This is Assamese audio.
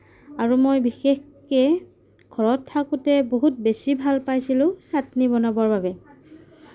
আৰু মই বিশেষকে ঘৰত থাকোতে বহুত বেছি ভাল পাইছিলোঁ চাটনি বনাবৰ বাবে